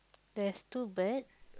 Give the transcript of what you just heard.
there's two bird